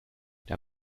der